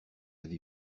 vie